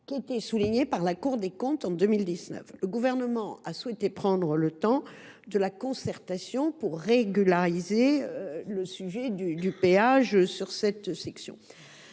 du doigt par la Cour des comptes en 2019. Le Gouvernement a souhaité prendre le temps de la concertation pour régulariser la question du péage sur cette section